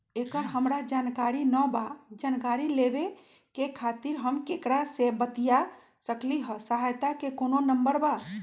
एकर हमरा जानकारी न बा जानकारी लेवे के खातिर हम केकरा से बातिया सकली ह सहायता के कोनो नंबर बा?